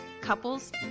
couples